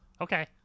Okay